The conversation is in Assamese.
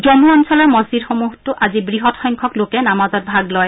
জমু অঞ্চলৰ মছজিদসমূহটো আজি বৃহৎ সংখ্যক লোকে নামাজত ভাগ লয়